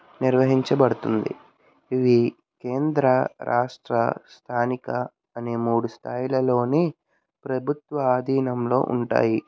నిర్వహించబడుతుంది ఇవి కేంద్ర రాష్ట్ర స్థానిక అనే మూడు స్థాయిలలోని ప్రభుత్వ ఆధీనంలో ఉంటాయి